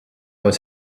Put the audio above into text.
was